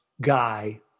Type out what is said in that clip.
guy